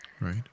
Right